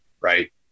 Right